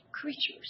creatures